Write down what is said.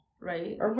Right